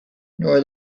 nor